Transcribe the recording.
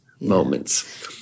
moments